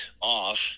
off